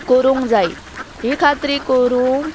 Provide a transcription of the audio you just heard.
करूंक जायी ही खात्री करूंक